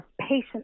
patient